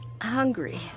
hungry